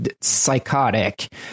psychotic